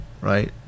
right